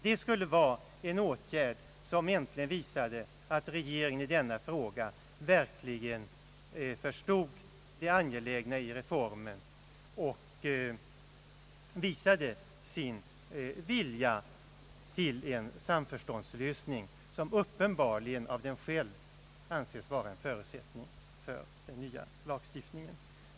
Det skulle vara en åtgärd som äntligen visade att regeringen i denna fråga verkligen förstod det angelägna i reformen och därigenom gav uttryck åt sin vilja till en samför ståndslösning, som uppenbarligen av regeringen själv anses vara en förutsättning för den nya lagstiftningen.